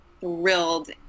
thrilled